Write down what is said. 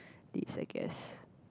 lifts I guess